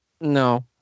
No